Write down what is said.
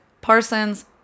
Parsons